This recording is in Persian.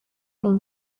این